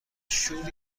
شور